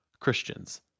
Christians